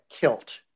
kilt